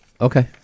Okay